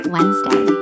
Wednesday